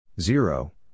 Zero